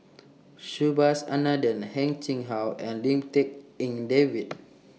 Subhas Anandan Heng Chee How and Lim Tik En David